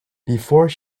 before